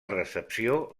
recepció